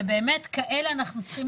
ובאמת כאלה אנחנו צריכים להוקיר